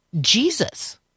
Jesus